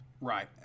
Right